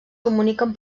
comuniquen